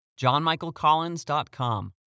JohnMichaelCollins.com